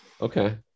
Okay